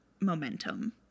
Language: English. momentum